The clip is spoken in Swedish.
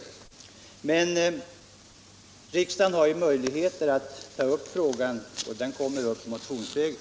Men riksdagen har ju möjligheter att ta upp frågan på nytt, och den kommer också att tas upp motionsvägen.